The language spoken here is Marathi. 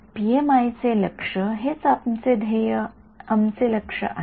पीएमआय चे लक्ष्य हेच आमचे लक्ष्य आहे